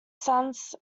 sons